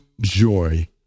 joy